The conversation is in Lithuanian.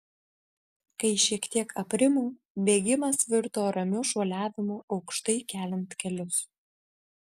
kai šiek tiek aprimo bėgimas virto ramiu šuoliavimu aukštai keliant kelius